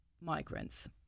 migrants